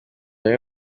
amwe